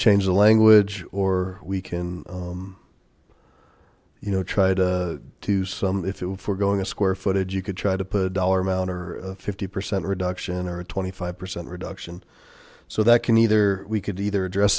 change the language or we can you know tried to some if it were for going to square footage you could try to put a dollar amount or a fifty percent reduction or a twenty five percent reduction so that can either we could either address